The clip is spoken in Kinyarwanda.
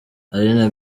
aline